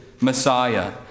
Messiah